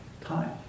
time